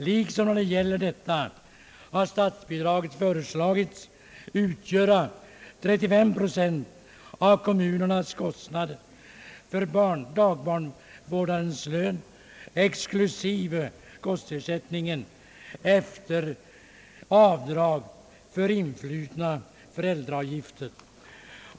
Liksom när det gäller detta har statsbidraget föreslagits utgöra 35 procent av kommunernas kostnader för dagbarnvårdarens lön, exklusive kostersättningen, efter avdrag för influtna föräldraavgifter.